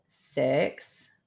six